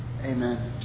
Amen